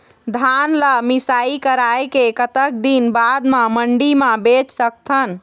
धान ला मिसाई कराए के कतक दिन बाद मा मंडी मा बेच सकथन?